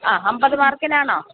ആ അൻപത് മാർക്കിനാണോ